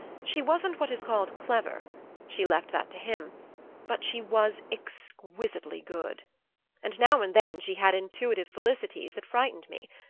she wasn't what is called clever she left that to him but she was exquisitely good and now and then she had intuitive felicities that frightened me.